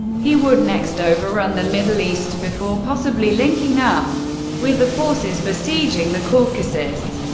he would next overrun the middle east before possibly linking up with the forces besieging the caucasus.